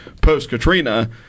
post-Katrina